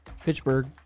Pittsburgh